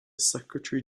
secretary